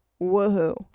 woohoo